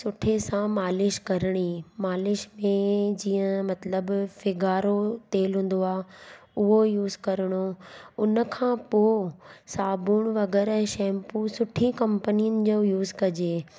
सुठे सां मालिश करणी मालिश में जीअं मतिलबु फिगारो तेल हूंदो आहे उहो यूज़ करणो उनखां पोइ साबुण वग़ैरह शैम्पू सुठी कंपनिनि जो यूज़ कॼे